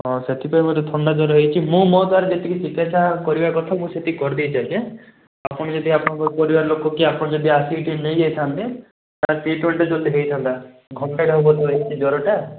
ହଁ ସେଥିପାଇଁ ବୋଧେ ଥଣ୍ଡା ଜର ହେଇଛି ମୁଁ ମୋ ଦ୍ୱାରା ଯେତିକି ଚିକିତ୍ସା କରିବା କଥା ମୁଁ ସେତିକି କରିଦେଇଛି ଆଜ୍ଞା ଆପଣ ଯଦି ଆପଣଙ୍କ ପରିବାର ଲୋକ କି ଆପଣ ଯଦି ଆସିକି ଟିକେ ନେଇଯାଇଥାନ୍ତେ ତାହେଲେ ଟ୍ରିଟମେଣ୍ଟଟା ଜଲଦି ହେଇଥାନ୍ତା ଘଣ୍ଟେ ହେବ ତ ହେଇଛି ଜରଟା